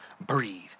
breathe